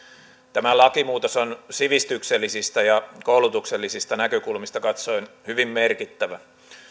tämä lakimuutos on sivistyksellisistä ja koulutuksellisista näkökulmista katsoen hyvin merkittävä